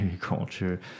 culture